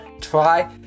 try